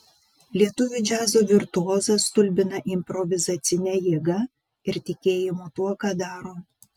lietuvių džiazo virtuozas stulbina improvizacine jėga ir tikėjimu tuo ką daro